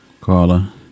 Carla